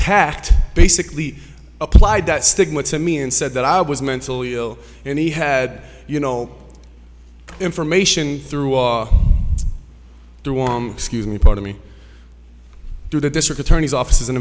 tact basically applied that stigma to me and said that i was mentally ill and he had you know information through our excuse me pardon me through the district attorney's office as an